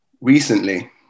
Recently